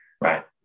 right